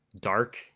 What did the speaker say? dark